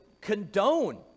condone